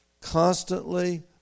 constantly